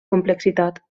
complexitat